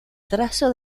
trazo